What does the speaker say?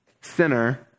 sinner